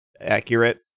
accurate